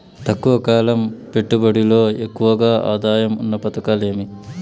తక్కువ కాలం పెట్టుబడిలో ఎక్కువగా ఆదాయం ఉన్న పథకాలు ఏమి?